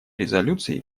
резолюций